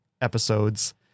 episodes